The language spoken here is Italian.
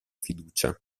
fiducia